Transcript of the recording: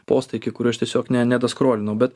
postai iki kurių aš tiesiog ne nedaskrolinau bet